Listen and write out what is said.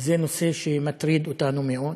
זה נושא שמטריד אותנו מאוד,